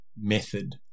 method